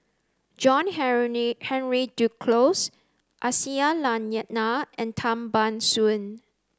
John Henry Duclos Aisyah Lyana and Tan Ban Soon